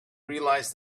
realised